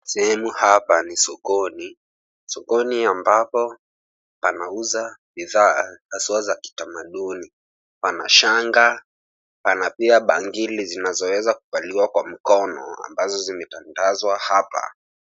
Sehemu hapa ni sokoni. Sokoni ambapo pana uza bidhaa haswaa za kitamaduni. Pana shanga, pana pia bangili zinazoweza kuvaliwa kwa mkono ambazo zimetandazwa hapa.